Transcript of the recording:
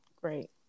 great